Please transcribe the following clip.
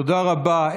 תודה רבה.